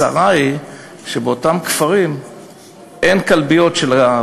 הצרה היא שבאותם כפרים אין כלביות של,